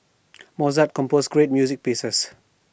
Mozart composed great music pieces